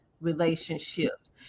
relationships